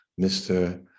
Mr